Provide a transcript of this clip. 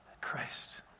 Christ